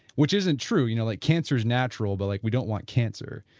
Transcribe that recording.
which isn't true, you know, like cancer is natural, but like we don't want cancer.